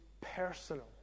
personal